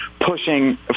pushing